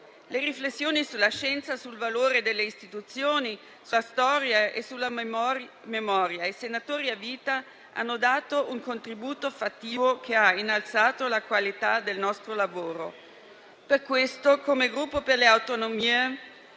Con riflessioni sulla scienza, sul valore delle istituzioni, sulla storia e sulla memoria, i senatori a vita hanno dato un contributo fattivo che ha innalzato la qualità del nostro lavoro. Per questo, come Gruppo per le Autonomie,